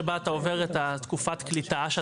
זה נדיר שבנדיר ותבדוק את כל ההחלטות של